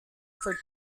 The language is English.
for